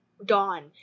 dawn